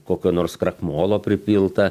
kokio nors krakmolo pripilta